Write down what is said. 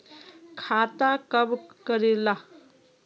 खाता कब करेला?